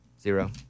Zero